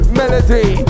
melody